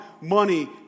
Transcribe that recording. money